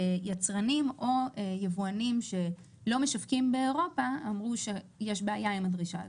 ויצרנים או יבואנים שלא משווקים באירופה אמרו שיש בעיה עם הדרישה הזאת.